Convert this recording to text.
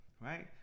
right